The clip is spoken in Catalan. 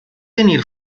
tenir